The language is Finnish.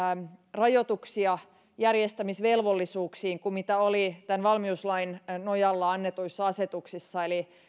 rajoituksia järjestämisvelvollisuuksiin kuin mitä oli tämän valmiuslain nojalla annetuissa asetuksissa eli